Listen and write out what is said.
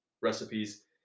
recipes